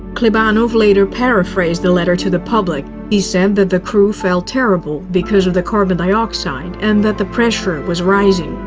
klebanov later paraphrased the letter to the public. he said that the crew felt terrible because of the carbon dioxide and that the pressure was rising.